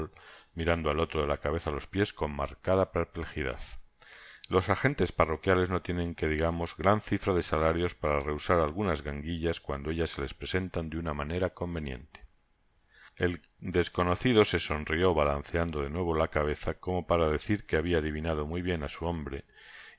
mirando al otro de la cabeza á los piés con marcada perplejidad los agentes par roquiales no tienen que digamos gran cifra de salarios para rehusar algunas ganguillas cuando ellas se les presentan de una manera conveniente el desconocido se sonrió balanceando de nuevo la cabeza como para decir que habia adivinado muy bien á su hombre